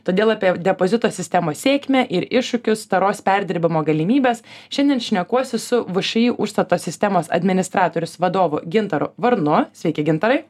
todėl apie depozito sistemos sėkmę ir iššūkius taros perdirbimo galimybes šiandien šnekuosi su vši užstato sistemos administratorius vadovu gintaru varnu sveiki gintarai